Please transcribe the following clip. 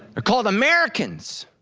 are called americans.